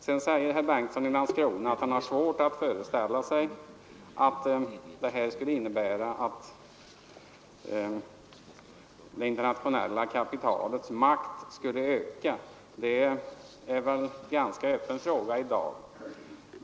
Sedan säger herr Bengtsson i Landskrona att han har svårt att föreställa sig att det här skulle innebära att det internationella kapitalets makt skulle öka. Det är väl en ganska öppen fråga i dag.